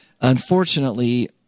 unfortunately